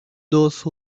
those